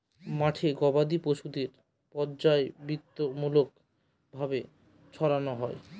মাঠে গোবাদি পশুদের পর্যায়বৃত্তিমূলক ভাবে চড়ানো হয়